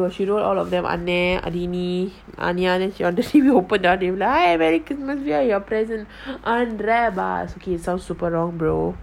she wrap herself then she wrote all of them are them அதுஇனி:adhu ini then she want to see me open then like ah merry christmas we're your present unwrap ah it's okay it sounds super wrong bro